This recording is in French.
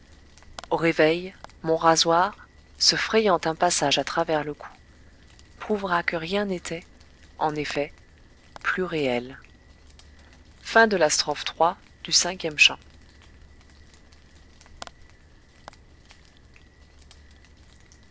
au réveil mon rasoir se frayant un passage à travers le cou prouvera que rien n'était en effet plus réel